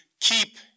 keep